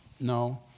No